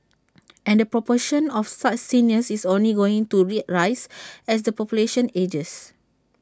and the proportion of such seniors is only going to rise as the population ages